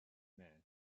man